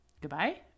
goodbye